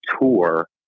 tour